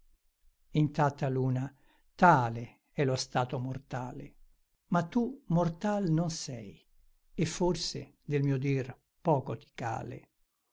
intatta luna tale è lo stato mortale ma tu mortal non sei e forse del mio dir poco